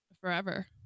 forever